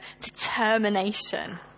determination